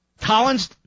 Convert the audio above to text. Collins